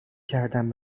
کردم